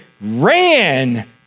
ran